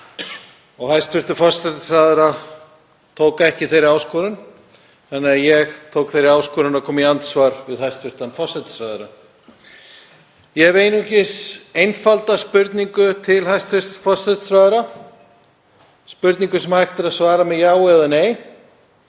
og hæstv. forsætisráðherra tek ekki þeirri áskorun þannig að ég tók þeirri áskorun að koma í andsvar við hæstv. forsætisráðherra. Ég hef einungis einfalda spurningu til hæstv. forsætisráðherra, spurningu sem hægt er að svara með já eða nei.